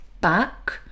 back